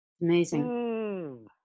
Amazing